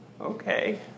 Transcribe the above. Okay